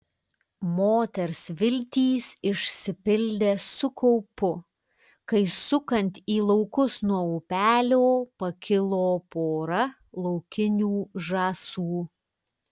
moters viltys išsipildė su kaupu kai sukant į laukus nuo upelio pakilo pora laukinių žąsų